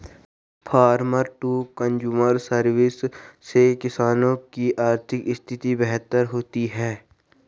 farmer to consumer service से किसानों की आर्थिक स्थिति बेहतर होती है